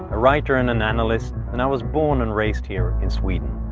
a writer and an analyst, and i was born and raised here in sweden.